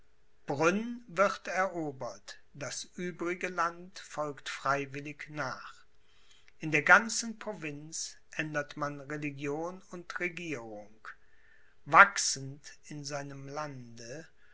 wird erobert das übrige land folgt freiwillig nach in der ganzen provinz ändert man religion und regierung wachsend in seinem lande